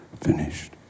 finished